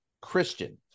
Christian